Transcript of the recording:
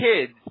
kids